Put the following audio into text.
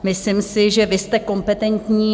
Myslím si, že vy jste kompetentní.